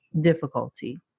difficulty